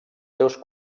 seus